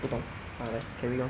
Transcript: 不懂 ah then carry on